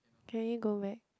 can we go back